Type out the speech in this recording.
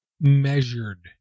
measured